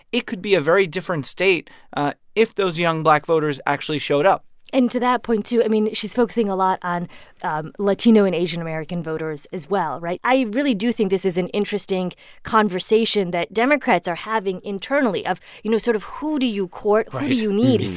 it could be a very different state if those young black voters actually showed up and to that point too, i mean, she's focusing a lot on on latino and asian-american voters as well, right? i really do think this is an interesting conversation that democrats are having internally of, you know, sort of who do you court? who do you need?